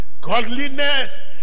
godliness